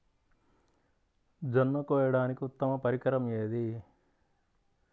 జొన్న కోయడానికి ఉత్తమ పరికరం ఏది?